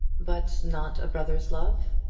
but not a brother's love?